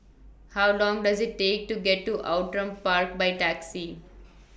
How Long Does IT Take to get to Outram Park By Taxi